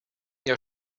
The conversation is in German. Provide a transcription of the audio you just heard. jahr